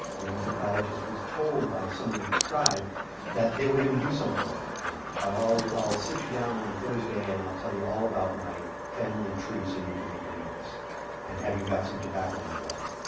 the anthropologist was told by someone in the tribe that they were going to do something with him. you know i'll i'll sit you down on thursday and i'll tell you all about my family tree so you can make your notes and have you got some tobacco, my brother?